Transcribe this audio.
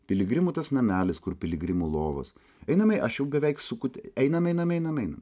piligrimų tas namelis kur piligrimų lovos einam aš jau beveik suku einam einam einam einam